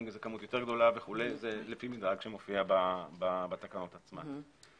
אם זה כמות גדולה יותר זה לפי מדרג שמופיע בתקנות עצמן.